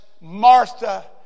Martha